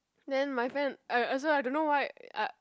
then my friend uh also I don't know why uh